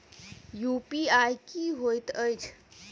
UPI की होइत अछि